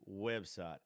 website